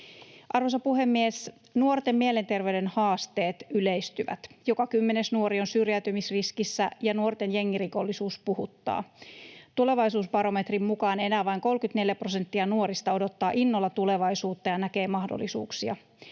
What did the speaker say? Arvoisa puhemies! Nuorten mielenterveyden haasteet yleistyvät, joka kymmenes nuori on syrjäytymisriskissä, ja nuorten jengirikollisuus puhuttaa. Tulevaisuusbarometrin mukaan enää vain 34 prosenttia nuorista odottaa innolla tulevaisuutta ja näkee mahdollisuuksia.